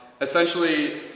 Essentially